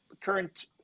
current